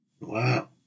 Wow